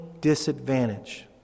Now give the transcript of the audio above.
disadvantage